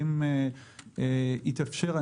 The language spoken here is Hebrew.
אם יתאפשר,